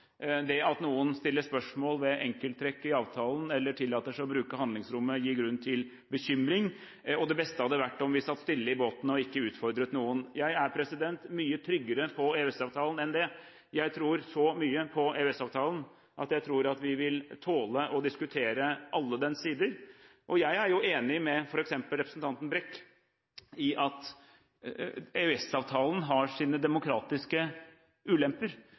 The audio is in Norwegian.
det at noen stiller spørsmål ved enkelttrekk i avtalen eller tillater seg å bruke handlingsrommet, gir grunn til bekymring, og det beste hadde vært om vi satt stille i båten og ikke utfordret noen. Jeg er mye tryggere på EØS-avtalen enn det. Jeg tror så mye på EØS-avtalen at jeg tror vi vil tåle å diskutere alle dens sider, og jeg er enig med f.eks. representanten Brekk i at EØS-avtalen har sine demokratiske ulemper.